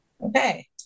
Okay